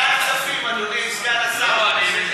ועדת הכספים, אדוני סגן השר.